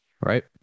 Right